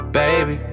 baby